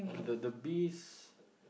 the the bees